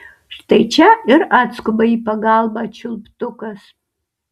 štai čia ir atskuba į pagalbą čiulptukas